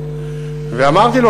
ואמרתי לו: